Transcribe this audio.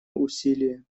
усилия